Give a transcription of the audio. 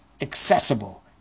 accessible